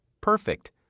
Perfect